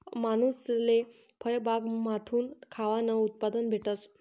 मानूसले फयबागमाथून खावानं उत्पादन भेटस